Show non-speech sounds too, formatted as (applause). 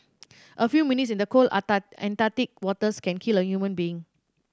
a few minutes in the cold (unintelligible) Antarctic waters can kill a human being